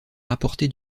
rapporté